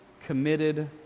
committed